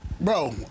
bro